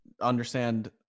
understand